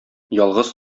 ялгыз